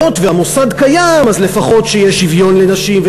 שהמוסד קיים אז לפחות שיהיה שוויון לנשים,